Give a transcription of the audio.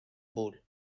bull